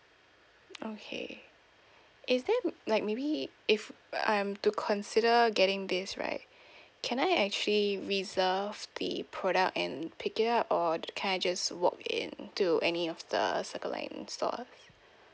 okay is there like maybe if I am to consider getting this right can I actually reserve the product and pick it up or can I just walk in to any of the circle line stores